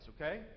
okay